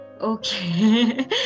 Okay